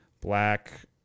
black